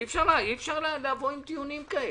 אי אפשר לבוא עם טיעונים כאלה.